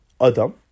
Adam